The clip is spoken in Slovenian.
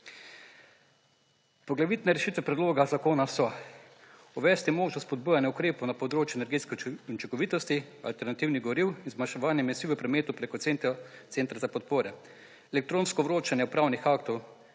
Poglavitne rešitve predloga zakona so uvesti možnost spodbujanja ukrepov na področju energetske učinkovitosti alternativnih goriv in zmanjševanje emisij v prometu preko centra za podpore, elektronsko vročanje upravnih aktov